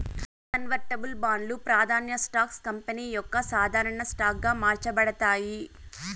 convertible బాండ్లు, ప్రాదాన్య stocks company యొక్క సాధారన స్టాక్ గా మార్చబడతాయి